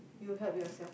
you help yourself